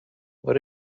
what